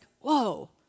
whoa